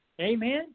Amen